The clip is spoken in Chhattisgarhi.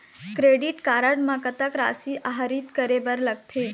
क्रेडिट कारड म कतक राशि आहरित करे बर लगथे?